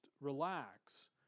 relax